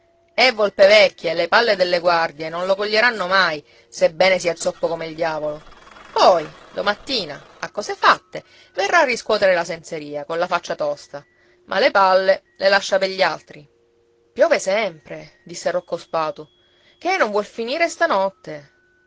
è volpe vecchia e le palle delle guardie non lo coglieranno mai sebbene sia zoppo come il diavolo poi domattina a cose fatte verrà a riscuotere la senseria colla faccia tosta ma le palle le lascia pegli altri piove sempre disse rocco spatu che non vuol finire stanotte